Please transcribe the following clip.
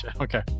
Okay